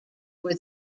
were